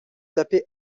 taper